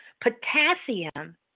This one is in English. potassium